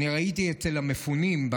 אני ראיתי אצל המפונים,